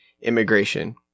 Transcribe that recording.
immigration